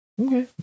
Okay